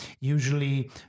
usually